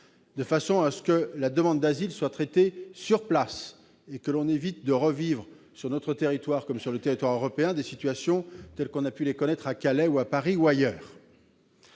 de façon à ce que la demande d'asile soit traitée sur place. Cela afin d'éviter de revivre sur notre territoire, comme sur le territoire européen, des situations telles que celles de Calais, de Paris ou ailleurs.